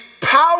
power